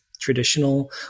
traditional